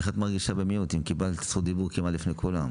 איך את מרגישה במיעוט אם קיבלת זכות דיבור כמעט לפני כולם?